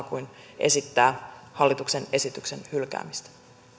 kuin esittää hallituksen esityksen hylkäämistä